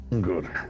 good